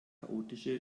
chaotische